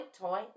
toy